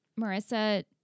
Marissa